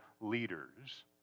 leaders